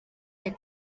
del